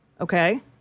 Okay